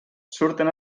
surten